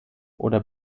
oder